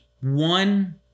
One